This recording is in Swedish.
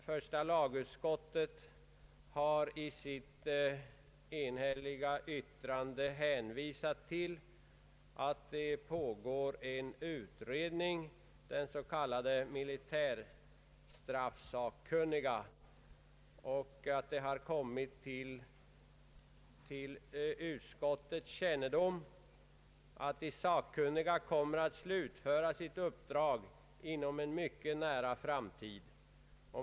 Första lagutskottet har i sitt enhälliga utlåtande hänvisat till att det pågår en utredning av de s.k. militärstraffsakkunniga och att det har kommit till utskottets kännedom att de sakkunniga kommer att slutföra sitt uppdrag inom en mycket nära framtid.